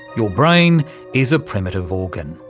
your brain is a primitive organ.